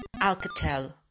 Alcatel